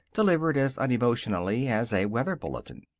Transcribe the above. delivered as unemotionally as a weather bulletin.